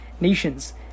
nations